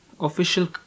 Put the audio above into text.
Official